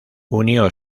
unió